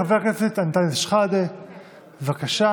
חבר הכנסת אנטאנס שחאדה, בבקשה.